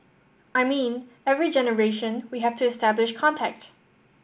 I mean every generation we have to establish contact